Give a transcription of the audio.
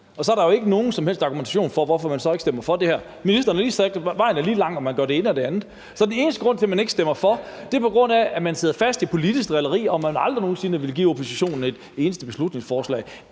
Så er der jo ikke nogen som helst argumenter for, hvorfor man så ikke stemmer for det her. Ministeren har lige sagt, at vejen er lige lang, i forhold til om man gør det ene eller det andet. Så den eneste grund til, at man ikke stemmer for, er, at man sidder fast i politisk drilleri, og at man aldrig nogen sinde ville give oppositionen et eneste beslutningsforslag.